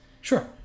sure